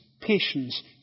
patience